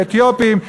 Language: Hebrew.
לאתיופים,